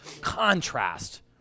contrast